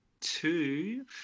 two